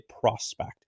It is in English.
prospect